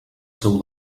seu